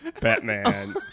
Batman